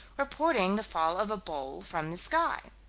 reporting the fall of a bowl from the sky.